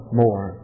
more